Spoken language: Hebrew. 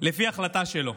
לפי החלטה שלו.